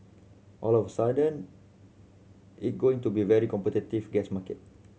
all of sudden it going to be very competitive gas market